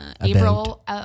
April